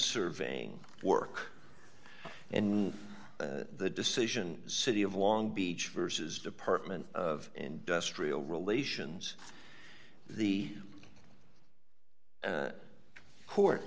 surveying work and the decision city of long beach versus department of industrial relations the the court